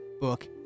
book